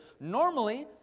normally